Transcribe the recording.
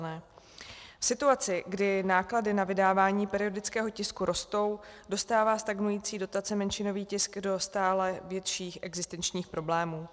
V situaci, kdy náklady na vydávání periodického tisku rostou, dostává stagnující dotaci menšinový tisk do stále větších existenčních problémů.